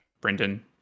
brendan